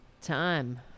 time